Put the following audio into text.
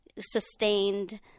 sustained